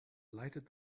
lighted